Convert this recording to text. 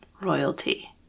royalty